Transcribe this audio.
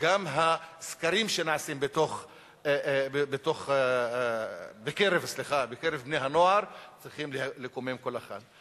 וגם הסקרים שנעשים בקרב בני הנוער צריכים לקומם כל אחד.